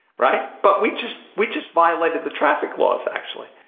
right? but we just we just violated the traffic laws actually.